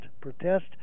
protest